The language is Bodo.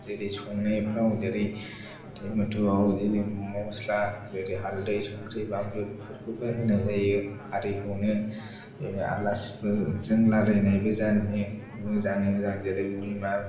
जेरै संनायफ्राव जेरै टमेटआव जेरै मसला जेरै हालदै संख्रि बामलु बेफोरखौबो होनाय जायो आरिखौनो आलासिफोरजों रालायनायबो जायो मोजां मोजां जेरै बिमा